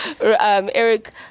Eric